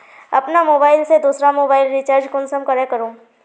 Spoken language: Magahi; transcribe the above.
अपना मोबाईल से दुसरा मोबाईल रिचार्ज कुंसम करे करूम?